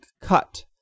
Cut